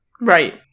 Right